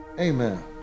Amen